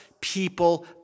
people